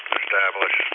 establish